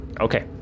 Okay